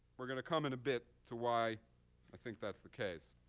we're gonna come in a bit to why i think that's the case.